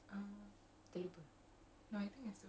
I really hope the posters get restocked though